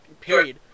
period